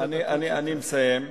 אני מסיים בזה.